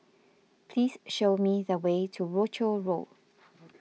please show me the way to Rochor Road